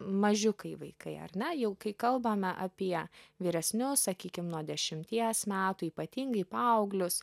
mažiukai vaikai ar ne jau kai kalbame apie vyresnius sakykim nuo dešimties metų ypatingai paauglius